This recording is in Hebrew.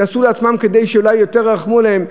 שעשו לעצמם כדי שאולי יותר ירחמו עליהם.